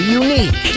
unique